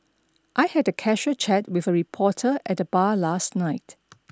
I had a casual chat with a reporter at the bar last night